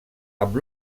amb